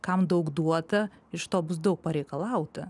kam daug duota iš to bus daug pareikalauta